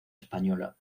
española